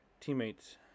teammates